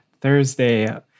Thursday